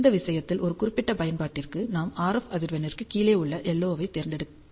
இந்த விஷயத்தில் ஒரு குறிப்பிட்ட பயன்பாட்டிற்கு நாம் RF அதிர்வெண்ணிற்குக் கீழே உள்ள LO ஐத் தேர்ந்தெடுத்து உள்ளோம்